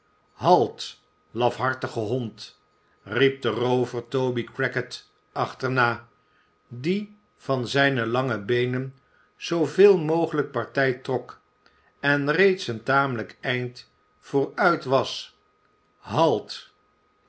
halt lafhartige hond riep de roover toby crackit achterna die van zijne lange beenen zooveel mogelijk partij trok en reeds een tamelijk eind vooruit was halt